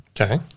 Okay